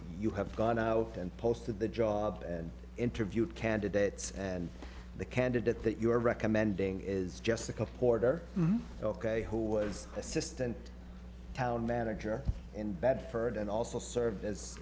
you have gone out and posted the job and interviewed candidates and the candidate that you are recommending is just a couple order ok who was assistant town manager in bedford and also served as